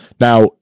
now